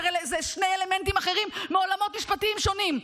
אלה שני אלמנטים אחרים מעולמות משפטיים שונים.